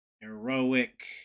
heroic